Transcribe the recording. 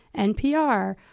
npr.